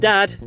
Dad